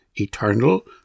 eternal